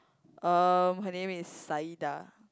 um her name is Sayidah